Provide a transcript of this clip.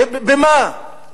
במה?